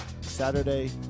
Saturday